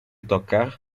tocar